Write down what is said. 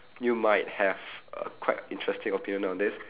you might have err quite interesting opinion on this